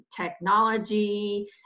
technology